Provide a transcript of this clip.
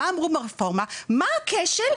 מה אמרו ברפורמה - מה הכשל?